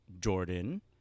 jordan